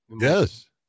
Yes